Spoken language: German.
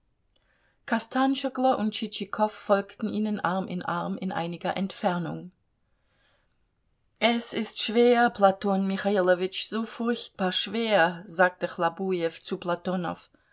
kostanschoglo und tschitschikow folgten ihnen arm in arm in einiger entfernung es ist schwer platon michailowitsch so furchtbar schwer sagte chlobujew zu